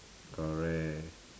correct